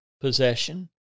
possession